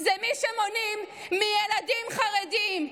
זה מי שמונעים מילדים חרדים,